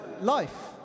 life